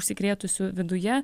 užsikrėtusių viduje